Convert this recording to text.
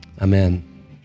Amen